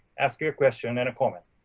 ask your a question and a comment.